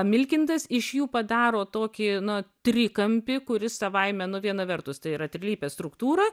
milkintas iš jų padaro tokį nu trikampį kuris savaime nu viena vertus tai yra trilypė struktūra